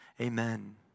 amen